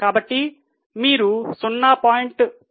కాబట్టి మీరు 0